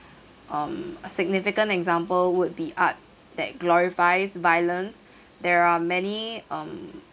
um a significant example would be art that glorifies violence there are many um